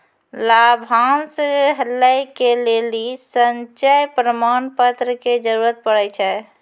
लाभांश लै के लेली संचय प्रमाण पत्र के जरूरत पड़ै छै